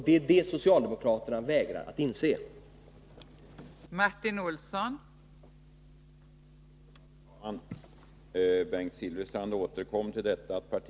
Det är det socialdemokraterna e Å 117 vägrar att inse.